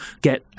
get